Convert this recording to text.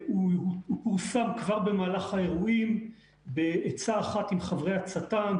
הושם כבר במהלך האירועים בעצה אחת עם חברי הצט"ם,